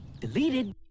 Deleted